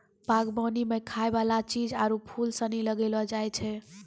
बागवानी मे खाय वाला चीज आरु फूल सनी लगैलो जाय छै